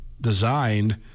designed